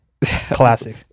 Classic